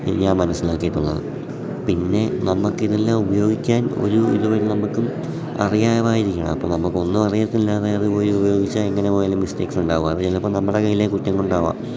ഞാൻ മനസ്സിലാക്കിയിട്ടുള്ളത് പിന്നെ നമുക്കിതെല്ലാം ഉപയോഗിക്കാൻ ഒരു ഇതുവരെ നമുക്കും അറിയാമായിരിക്കണം അപ്പം നമുക്കൊന്നും അറിയത്തില്ലാതെ അത് ഉപയോഗിച്ചാൽ എങ്ങനെ പോയാലും മിസ്റ്റേക്സ് ഉണ്ടാവും അത് ചിലപ്പോൾ നമ്മുടെ കയ്യിലെ കുറ്റംകൊണ്ടാവാം